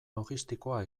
logistikoa